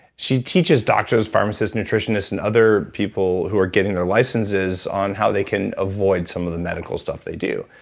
she teaches doctors, pharmacists, nutritionists and other people who are getting their licenses on how they can avoid some of the medical stuff they do.